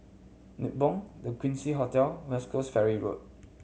Nibong The Quincy Hotel West Coast Ferry Road